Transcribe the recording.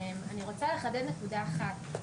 אני רוצה לחדד נקודה אחת.